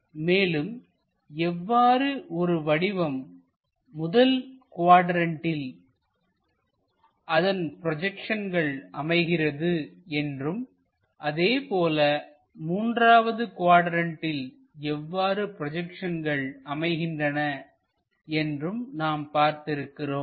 மேலும் எவ்வாறு ஒரு வடிவம் முதல் குவாட்ரண்ட்டில் அதன் ப்ரொஜெக்ஷன்கள் அமைகிறது என்றும் அதே போல மூன்றாவது குவாட்ரண்ட்டில் எவ்வாறு ப்ரொஜெக்ஷன்கள் அமைகின்றன என்றும் நாம் பார்த்து இருக்கிறோம்